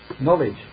knowledge